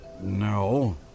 No